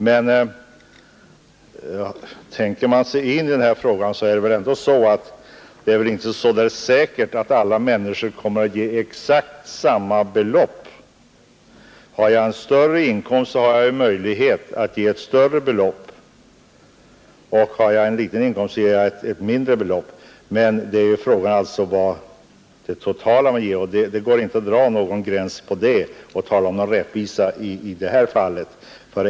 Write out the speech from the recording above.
Men tänker man sig in i den här frågan måste man inse att det inte är säkert att alla människor kommer att skänka exakt samma belopp. Har jag en större inkomst har jag ju möjlighet att ge ett större belopp, och har jag en liten inkomst ger jag ett mindre belopp. Men det viktiga är det belopp man ger, och det går inte att dra någon gräns för det och söka skapa någon rättvisa i det avseendet.